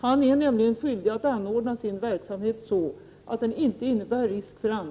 Han är nämligen skyldig att ordna sin verksamhet så, att den inte innebär risk för andra.